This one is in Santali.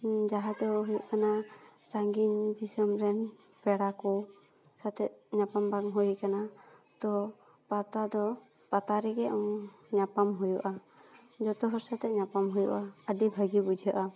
ᱡᱟᱦᱟᱸ ᱫᱚ ᱦᱩᱭᱩᱜ ᱠᱟᱱᱟ ᱥᱟᱺᱜᱤᱧ ᱫᱤᱥᱚᱢ ᱨᱮᱱ ᱯᱮᱲᱟ ᱠᱚ ᱥᱟᱛᱮᱫ ᱧᱟᱯᱟᱢ ᱵᱟᱝ ᱦᱩᱭ ᱟᱠᱟᱱᱟ ᱛᱚ ᱯᱟᱛᱟ ᱫᱚ ᱯᱟᱛᱟ ᱨᱮᱜᱮ ᱧᱟᱯᱟᱢ ᱦᱩᱭᱩᱜᱼᱟ ᱡᱚᱛᱚ ᱦᱚᱲ ᱥᱟᱛᱮᱫ ᱧᱟᱯᱟᱢ ᱦᱩᱭᱩᱜᱼᱟ ᱟᱹᱰᱤ ᱵᱷᱟᱹᱜᱤ ᱵᱩᱡᱷᱟᱹᱜᱼᱟ